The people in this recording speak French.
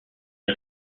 est